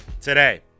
today